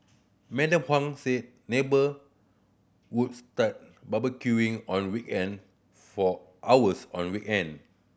Madam Huang said neighbour would start barbecuing on weekend for hours on we end